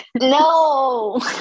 No